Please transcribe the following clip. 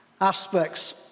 aspects